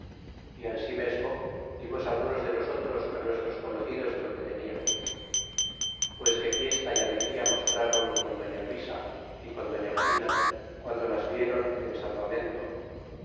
y ansirnesmo dimos algunos de nosotros nuestros conocidos de lo que teniamos pues qué fiesta y alegría mostrron con doña luisa y con doña mai ma guando las viéron en salvamento